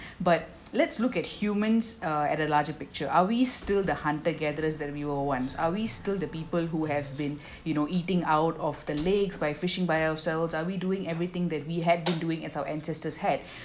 but let's look at humans uh at a larger picture are we still the hunter gatherers that we were once are we still the people who have been you know eating out of the lakes by fishing by ourselves are we doing everything that we had been doing as our ancestors had